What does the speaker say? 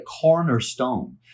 cornerstone